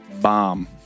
bomb